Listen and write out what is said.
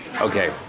okay